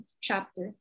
chapter